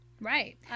right